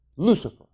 Lucifer